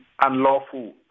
unlawful